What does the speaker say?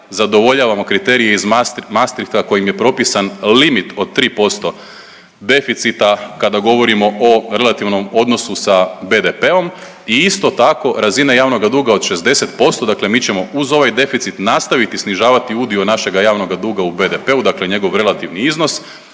zadovoljavamo kriterije iz Maastrichta kojim je propisan limit od 3% deficita kada govorimo o relativnom odnosu sa BDP-om i isto tako razina javnoga duga od 60%. Dakle, mi ćemo uz ovaj deficit nastaviti snižavati udio našega javnoga duga u BDP-u, dakle njegov relativni iznos